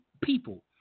people